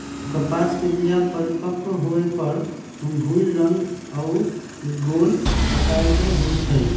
कपास के बीया परिपक्व होय पर भूइल रंग आऽ गोल अकार के होइ छइ